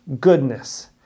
goodness